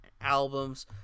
albums